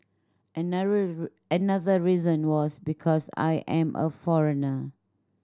another reason was because I am a foreigner